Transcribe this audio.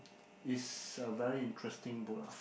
is a very interesting book ah